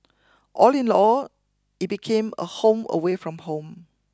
all in all it became a home away from home